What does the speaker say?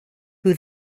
who